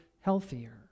healthier